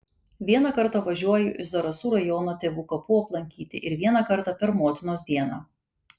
vieną kartą važiuoju į zarasų rajoną tėvų kapų aplankyti ir vieną kartą per motinos dieną